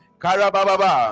karababa